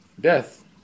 death